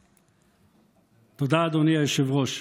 תודה, אדוני היושב-ראש.